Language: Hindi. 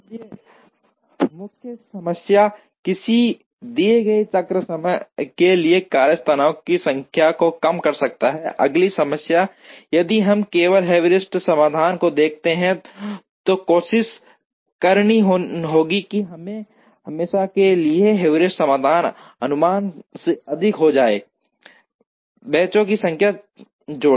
इसलिए मुख्य समस्या किसी दिए गए चक्र समय के लिए कार्यस्थानों की संख्या को कम करना है अगली समस्या यदि हम केवल हेयुरिस्टिक समाधानों को देखते हैं तो कोशिश करनी होगी और हमेशा के लिए हेयुरिस्टिक समाधान अनुमान से अधिक हो जाएगा बेंचों की संख्या थोड़ी